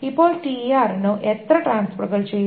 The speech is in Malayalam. ഇപ്പോൾ tr നു എത്ര ട്രാൻസ്ഫറുകൾ ചെയ്തു